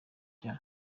bya